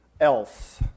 else